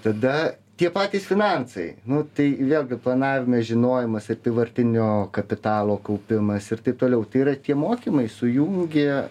tada tie patys finansai nu tai vėlgi planavimas žinojimas apyvartinio kapitalo kaupimas ir taip toliau tai yra tie mokymai sujungė